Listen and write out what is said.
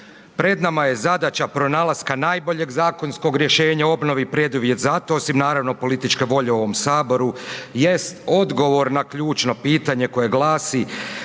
Pred nama je zadaća pronalaska najboljeg zakonskog rješenja o obnovi. Preduvjet za to osim naravno političke volje u ovom saboru jest odgovor na ključno pitanje koje glasi,